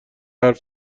حرف